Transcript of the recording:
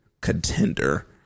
contender